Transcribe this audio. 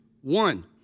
one